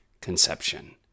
Conception